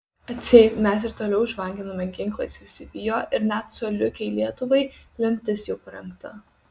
atseit mes ir toliau žvanginame ginklais visi bijo ir net coliukei lietuvai lemtis jau parengta